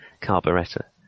carburettor